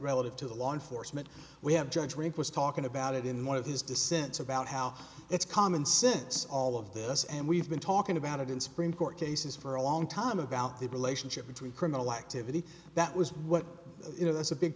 relative to the law enforcement we have judge rink was talking about it in one of his dissents about how it's common sense all of this and we've been talking about it in supreme court cases for a long time about the relationship between criminal activity that was what you know that's a big